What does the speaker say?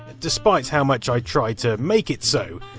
despite how much i tried to make it so.